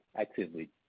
actively